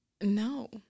No